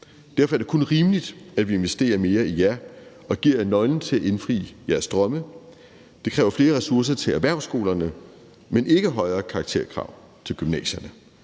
Derfor er det kun rimeligt, at vi investerer mere i jer og giver jer nøglen til at indfri jeres drømme. Det kræver flere ressourcer til erhvervsskolerne, men ikke højere karakterkrav til gymnasierne.